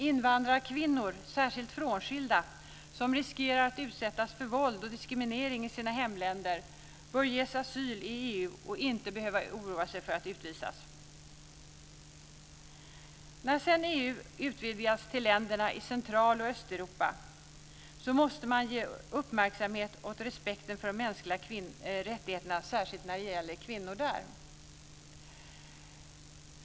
Invandrarkvinnor, särskilt frånskilda, som riskerar att utsättas för våld och diskriminering i sina hemländer bör ges asyl i EU och inte behöva oroa sig för att bli utvisade. När EU utvidgas till länderna i Central och Östeuropa måste man ge uppmärksamhet åt respekten för de mänskliga rättigheterna, särskilt när det gäller kvinnor där.